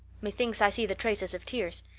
methinks i see the traces of tears.